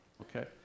okay